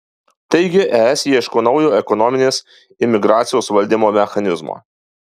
taigi es ieško naujo ekonominės imigracijos valdymo mechanizmo